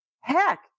heck